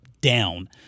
down